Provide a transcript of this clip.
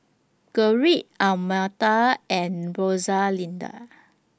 Gerrit Almeta and Rosalinda